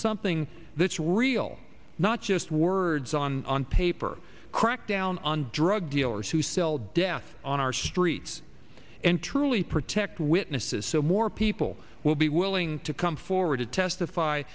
something that's real not just words on paper crackdown on drug dealers who sell death on our streets and truly protect witnesses so more people will be willing to come forward to testify